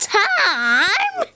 time